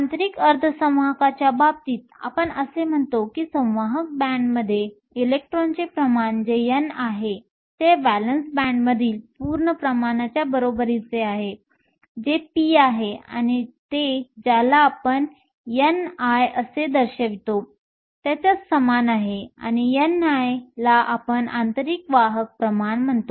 आंतरिक अर्धसंवाहकाच्या बाबतीत आपण असे म्हणतो की संवाहक बँडमध्ये इलेक्ट्रॉनचे प्रमाण जे n आहे ते व्हॅलेन्स बँडमधील संपूर्ण प्रमाणाच्या बरोबरीचे आहे जे p आहे आणि ते ज्याला आपण ni असे दर्शवितो त्याच्या समान आहे आणि ni ला आपण आंतरिक वाहक प्रमाण म्हणतो